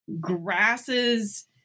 grasses